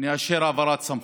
נאשר העברת סמכויות.